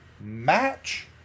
match